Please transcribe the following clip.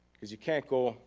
cause you can't go